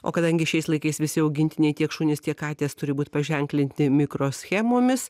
o kadangi šiais laikais visi augintiniai tiek šunys tiek katės turi būt paženklinti mikroschemomis